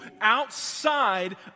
outside